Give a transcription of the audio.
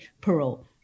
Parole